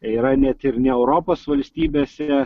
yra net ir ne europos valstybėse